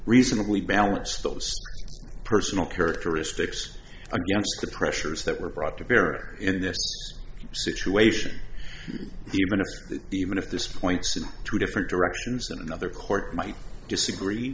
reasonably balance those personal characteristics against the pressures that were brought to bear in this situation even if even if this points in two different directions another court might disagree